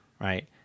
right